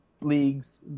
leagues